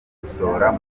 gukosora